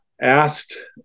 asked